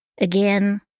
Again